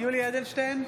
(קוראת בשמות חברי הכנסת) יולי יואל אדלשטיין,